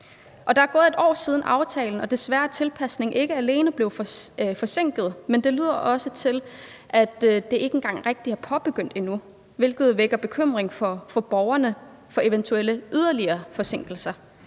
Der er gået et år siden aftalen, og desværre er tilpasningen ikke alene blevet forsinket, men det lyder også til, at den ikke engang rigtig er påbegyndt endnu, hvilket vækker bekymring hos borgerne for eventuelle yderligere forsinkelser.